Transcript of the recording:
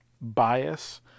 bias